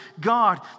God